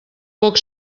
poc